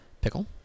Pickle